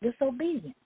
Disobedience